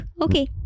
Okay